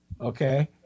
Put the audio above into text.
okay